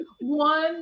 one